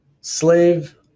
Slave